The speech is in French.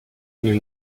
nous